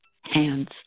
hands